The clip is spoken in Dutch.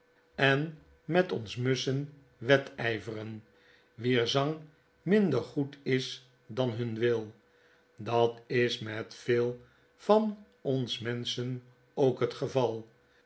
en met onze musschen wedyveren wier zang minder goed is dan bun wil dat is met veel van ons menschen ook het geval